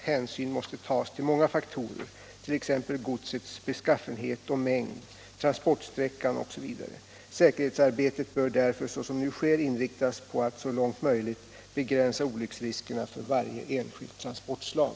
Hänsyn måste tas till många faktorer, t.ex. godsets beskaffenhet och mängd, transportsträckan osv. Säkerhetsarbetet bör därför, såsom nu sker, inriktas på att så långt möjligt begränsa olycksriskerna för varje enskilt transportslag.